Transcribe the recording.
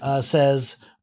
says